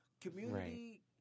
Community